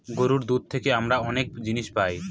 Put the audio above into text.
গরুর দুধ থেকে আমরা অনেক জিনিস পায়